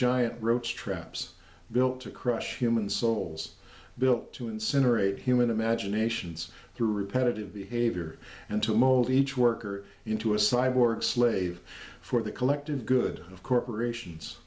giant roach traps built to crush human souls built to incinerate human imaginations through repetitive behavior and to mold each worker into a cyborg slave for the collective good of corporations